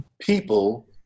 People